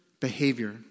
behavior